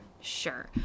Sure